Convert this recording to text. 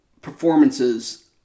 performances